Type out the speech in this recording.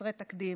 חסרי תקדים,